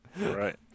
Right